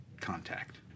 contact